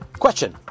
Question